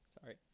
Sorry